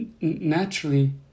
naturally